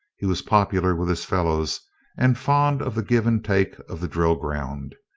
he was popular with his fellows and fond of the give-and-take of the drill ground.